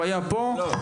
הוא היה פה --- לא,